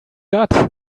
got